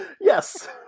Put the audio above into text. yes